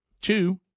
two